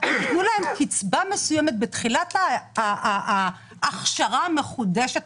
תנו להן קצבה מסוימת בתחילת ההכשרה המחודשת,